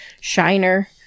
Shiner